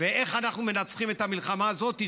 ואיך אנחנו מנצחים את המלחמה הזאת,